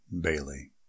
Bailey